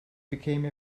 became